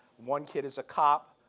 one kid is a cop,